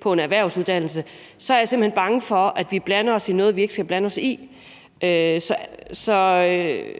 på en erhvervsuddannelse, så er jeg simpelt hen bange for, at vi blander os i noget, vi ikke skal blande os i. Så